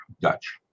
Dutch